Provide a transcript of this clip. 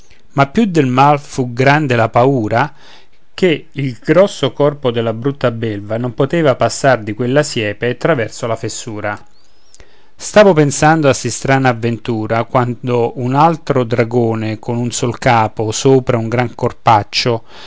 ma più del mal fu grande la paura ché il grosso corpo della brutta belva non poteva passar di quella siepe traverso la fessura stavo pensando a sì strana avventura quando un altro dragone con un sol capo sopra un gran corpaccio